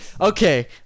Okay